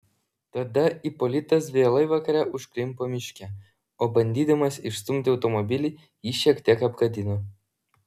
tada ipolitas vėlai vakare užklimpo miške o bandydamas išstumi automobilį jį šiek tiek apgadino